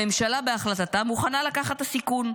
הממשלה בהחלטתה מוכנה לקחת את הסיכון,